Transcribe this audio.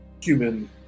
human